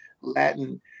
Latin